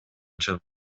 чыгып